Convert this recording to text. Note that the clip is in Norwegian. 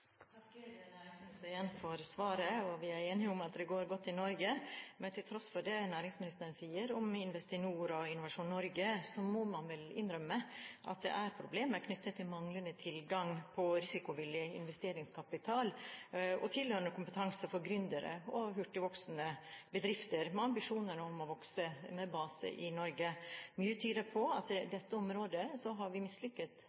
Jeg takker næringsministeren igjen for svaret. Vi er enige om at det går godt i Norge. Men til tross for det næringsministeren sier om Investinor og Innovasjon Norge, må man vel innrømme at det er problemer knyttet til manglende tilgang på risikovillig investeringskapital og tilhørende kompetanse for gründere og hurtigvoksende bedrifter med ambisjoner om å vokse med base i Norge. Mye tyder på at